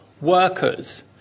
workers